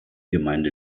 gemeinde